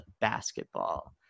basketball